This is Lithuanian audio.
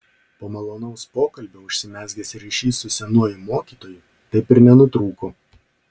po malonaus pokalbio užsimezgęs ryšys su senuoju mokytoju taip ir nenutrūko